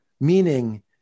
Meaning